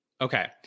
Okay